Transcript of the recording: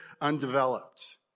undeveloped